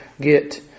get